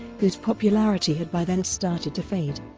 whose popularity had by then started to fade.